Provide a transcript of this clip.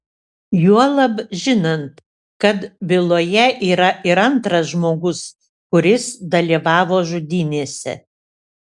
juolab žinant kad byloje yra ir antras žmogus kuris dalyvavo žudynėse